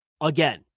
Again